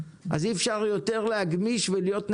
אז אי אפשר יותר להגמיש ולהיות נדיבים?